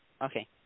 Okay